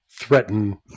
threaten